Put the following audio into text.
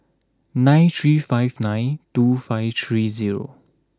nine three five nine two five three zero